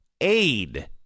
aid